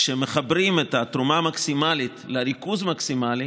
כשמחברים את התרומה המקסימלית לריכוז המקסימלי,